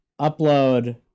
upload